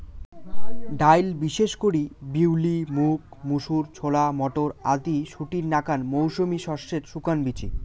ডাইল বিশেষ করি বিউলি, মুগ, মুসুর, ছোলা, মটর আদি শুটির নাকান মৌসুমী শস্যের শুকান বীচি